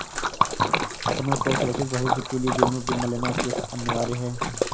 अपनों के सुरक्षित भविष्य के लिए जीवन बीमा लेना अति अनिवार्य है